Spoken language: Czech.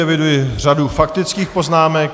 Eviduji řadu faktických poznámek.